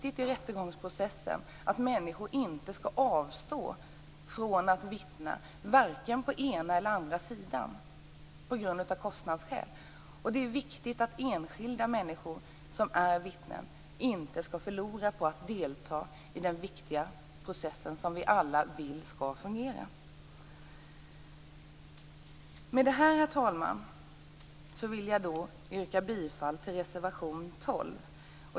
I rättegångsprocessen är det viktigt att människor inte avstår från att vittna, varken på den ena eller andra sidan, på grund av kostnadsskäl. Det är viktigt att enskilda människor som är vittnen inte förlorar på att delta i den viktiga process som vi alla vill skall fungera. Herr talman! Med detta vill jag yrka bifall till reservation 12.